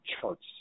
charts